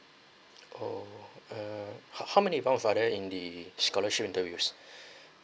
orh uh how how many rounds are there in the scholarship interviews